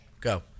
go